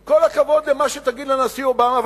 עם כל הכבוד למה שתגיד לנשיא אובמה,